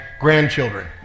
grandchildren